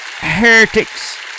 heretics